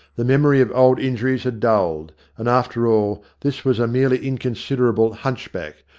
the memory of old injuries had dulled, and, after all, this was a merely inconsiderable hunchback,